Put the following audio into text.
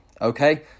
okay